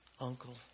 uncle